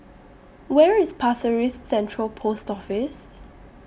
Where IS Pasir Ris Central Post Office